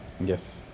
Yes